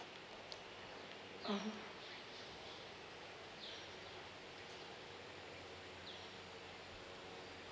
mmhmm